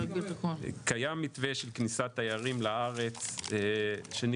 קיים מתווה של כניסת תיירים לארץ שנכנסים,